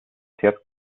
herz